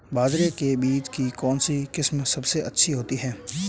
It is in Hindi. बाजरे के बीज की कौनसी किस्म सबसे अच्छी होती है?